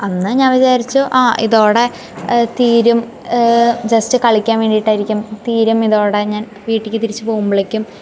അന്ന് ഞാൻ വിചാരിച്ചു ആ ഇതോടെ തീരും ജസ്റ്റ് കളിക്കാൻ വേണ്ടീട്ടായിരിക്കും തീരും ഇതോടെ ഞാൻ വീട്ടിലെക്ക് തിരിച്ച് പോകുമ്പളേക്കും